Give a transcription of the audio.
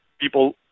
people